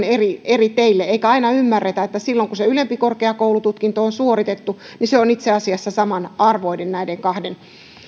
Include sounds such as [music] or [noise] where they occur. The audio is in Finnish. [unintelligible] eri eri teille eikä aina ymmärretä että silloin kun se ylempi korkeakoulututkinto on suoritettu se on itse asiassa samanarvoinen näiden kahden